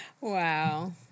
Wow